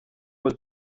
was